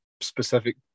specific